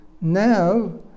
Now